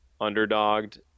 underdogged